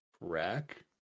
rack